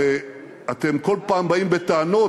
הרי אתם כל פעם באים בטענות,